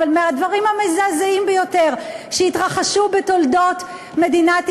אבל מהדברים המזעזעים ביותר שהתרחשו בתולדות מדינת ישראל,